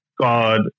God